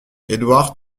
édouard